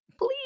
please